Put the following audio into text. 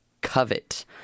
Covet